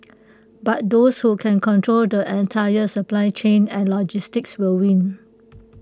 but those who can control the entire supply chain and logistics will win